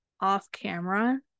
off-camera